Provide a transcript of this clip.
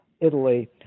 Italy